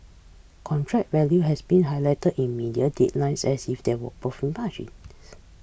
contract value has been highlighted in media headlines as if there were profit margins